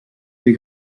des